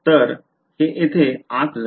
तर हे येथे आत जाईल